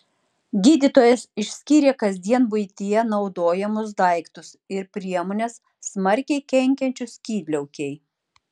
gydytojas išskyrė kasdien buityje naudojamus daiktus ir priemones smarkiai kenkiančius skydliaukei